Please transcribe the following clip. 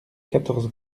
quatorze